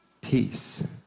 peace